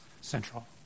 central